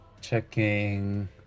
Checking